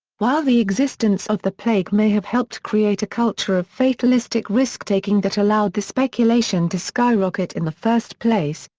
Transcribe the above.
while the existence of the plague may have helped create a culture of fatalistic risk-taking that allowed the speculation to skyrocket in the first place,